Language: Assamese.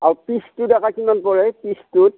আৰু পিচটোত একা কিমান পৰে পিচটোত